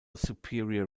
superior